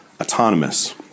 autonomous